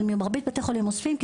ממרבית בתי החולים הממשלתיים אוספים כי